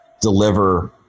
deliver